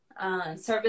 service